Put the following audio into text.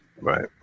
Right